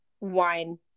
wine